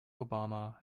obama